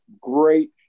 great